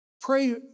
Pray